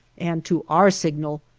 and to our signal,